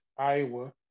Iowa